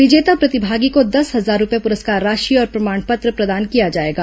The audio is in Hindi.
विजेता प्रतिभागी को दस हजार रूपये पुरस्कार राशि और प्रमाण पत्र प्रदान किया जाएगा